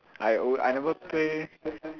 I oh I never play